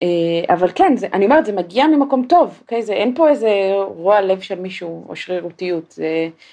אבל כן אני אומרת זה מגיע ממקום טוב, אוקי, אין פה איזה רוע לב של מישהו או שרירותיות, זה.